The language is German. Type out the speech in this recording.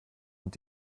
und